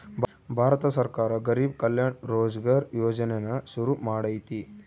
ಭಾರತ ಸರ್ಕಾರ ಗರಿಬ್ ಕಲ್ಯಾಣ ರೋಜ್ಗರ್ ಯೋಜನೆನ ಶುರು ಮಾಡೈತೀ